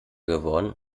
geworden